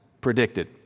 predicted